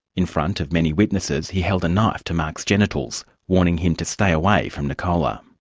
in front of many witnesses, he held a knife to mark's genitals, warning him to stay away from nicola.